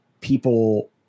people